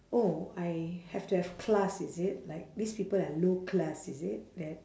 oh I have to have class is it like these people have no class is it that